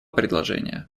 предложения